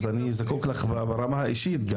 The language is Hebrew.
אז אני זקוק לך ברמה האישית,